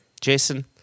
Jason